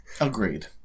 Agreed